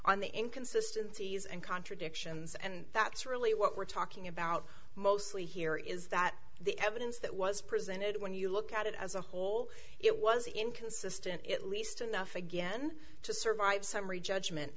on the inconsistency s and contradictions and that's really what we're talking about mostly here is that the evidence that was presented when you look at it as a whole it was inconsistent at least enough again to survive summary judgment